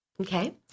Okay